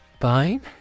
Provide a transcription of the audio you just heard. fine